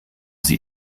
sie